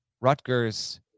Rutgers